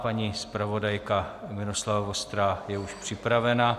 Paní zpravodajka Miloslava Vostrá je už připravena.